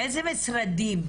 איזה משרדים?